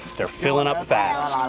they are filling up fast.